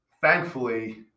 Thankfully